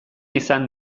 izan